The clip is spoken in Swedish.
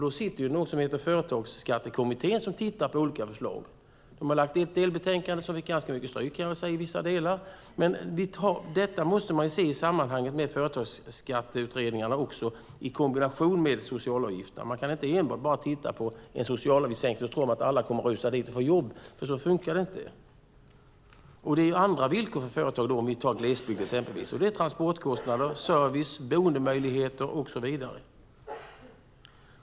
Det finns något som heter Företagsskattekommittén som tittar på olika förslag. Den har lagt fram ett delbetänkande som fick ganska mycket stryk i vissa delar. Detta måste man se i sammanhang med företagsskatteutredningarna i kombination med socialavgifterna. Man kan inte enbart titta på en socialavgiftssänkning och tro att alla kommer att rusa dit för att få jobb. Så fungerar det inte. Det är andra villkor för företag, om vi tar exempelvis glesbygd. Det är transportkostnader, service, boendemöjligheter och så vidare.